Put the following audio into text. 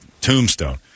tombstone